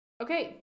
Okay